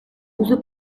duzu